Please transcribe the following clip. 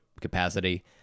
capacity